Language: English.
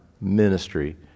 ministry